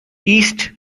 east